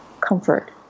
comfort